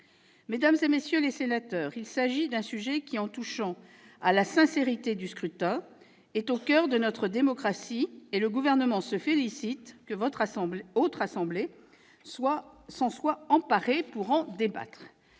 Mesdames, messieurs les sénateurs, il s'agit d'un sujet qui, en touchant à la sincérité du scrutin, est au coeur de notre démocratie. C'est pourquoi le Gouvernement se félicite que la Haute Assemblée s'en soit emparée pour en débattre.